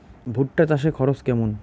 ভুট্টা চাষে খরচ কেমন?